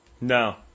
No